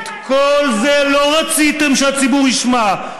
את כל זה לא רציתם שהציבור ישמע,